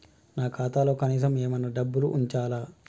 నా ఖాతాలో కనీసం ఏమన్నా డబ్బులు ఉంచాలా?